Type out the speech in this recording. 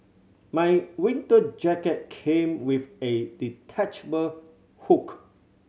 my winter jacket came with a detachable hook